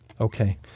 Okay